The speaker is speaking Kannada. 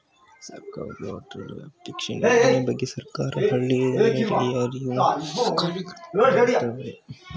ಸರ್ಕಾರದವ್ರು ಅಟಲ್ ಪೆನ್ಷನ್ ಯೋಜನೆ ಬಗ್ಗೆ ಸರ್ಕಾರ ಹಳ್ಳಿ ಜನರ್ರಿಗೆ ಅರಿವು ಮೂಡಿಸೂ ಕಾರ್ಯಕ್ರಮ ಮಾಡತವ್ರೆ